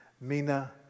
Mina